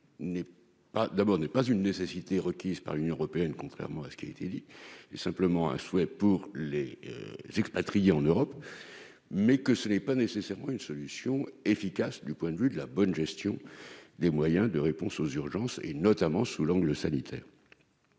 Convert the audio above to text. n'est pas une nécessité requise par l'Union européenne, contrairement à ce qui a été dit, mais simplement une recommandation en faveur des expatriés en Europe. Ce n'est pas nécessairement une solution efficace du point de vue de la bonne gestion des moyens de réponse aux urgences, notamment sous l'angle sanitaire.